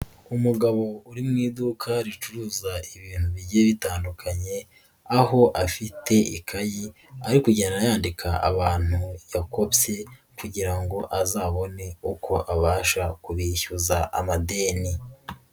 Umugabo uri mu iduka ricuruza ibintu bijye bitandukanye, aho afite ikayi ari kugenda yandika abantu yakobye kugira ngo azabone uko abasha kubishyuza amadeni.